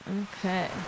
Okay